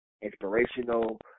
inspirational